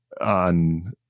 on